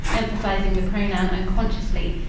emphasizing the pronoun unconsciously.